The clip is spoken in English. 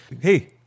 hey